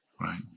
Right